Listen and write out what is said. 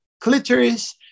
clitoris